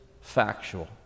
factual